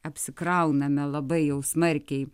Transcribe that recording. apsikrauname labai jau smarkiai